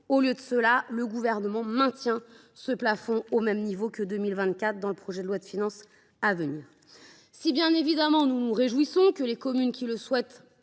Au lieu de cela, le Gouvernement les maintient au niveau de 2024 dans le projet de loi de finances à venir. Si nous nous réjouissons que les communes qui le souhaitent